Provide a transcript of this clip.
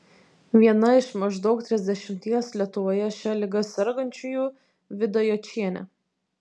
viena iš maždaug trisdešimties lietuvoje šia liga sergančiųjų vida jočienė